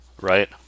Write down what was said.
Right